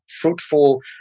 fruitful